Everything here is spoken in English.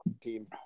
team